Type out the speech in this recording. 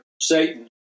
Satan